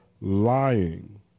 lying